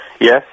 Yes